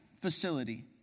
facility